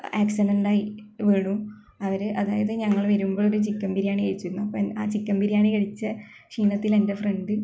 accident ആയി വീണു അവർ അതായത് ഞങ്ങൾ വരുമ്പോൾ ഒരു ചിക്കന് ബിരിയാണി കഴിച്ചിരുന്നു അപ്പം ആ ചിക്കന് ബിരിയാണി കഴിച്ച ക്ഷീണത്തിൽ എൻ്റെ ഫ്രണ്ട്